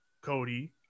Cody